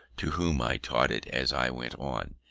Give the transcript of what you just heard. to whom i taught it as i went on,